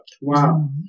Wow